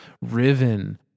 Riven